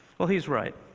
well, he's right,